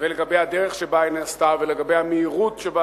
ולגבי הדרך שבה היא נעשתה ולגבי המהירות שבה